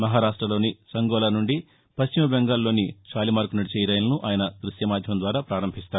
మహారాష్టలోని సంగోలా సుంచి పశ్చిమ బెంగాల్లోని షాలిమార్కు నడిచే ఈ రైలును ఆయన దృశ్య మాధ్యమం ద్వారా ప్రారంభిస్తారు